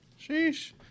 sheesh